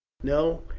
no,